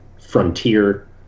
Frontier